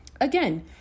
Again